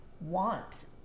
want